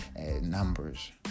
numbers